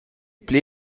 pli